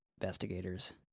investigators